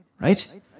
Right